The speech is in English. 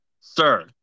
sir